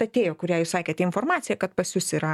atėjo kurią jūs sakėte informaciją kad pas jus yra